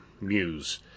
muse